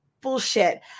bullshit